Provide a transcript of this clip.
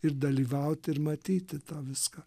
ir dalyvauti ir matyti tą viską